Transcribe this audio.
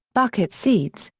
bucket seats,